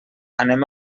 anem